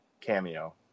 cameo